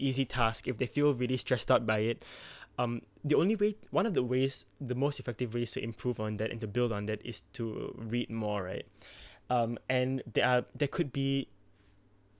easy task if they feel really stressed out by it um the only way one of the ways the most effective ways to improve on that and to build on that is to read more right um and there are there could be